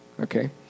okay